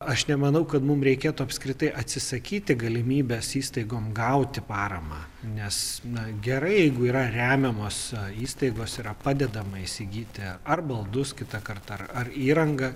aš nemanau kad mum reikėtų apskritai atsisakyti galimybės įstaigom gauti paramą nes na gerai jeigu yra remiamos įstaigos yra padedama įsigyti ar baldus kitą kartą ar ar įrangą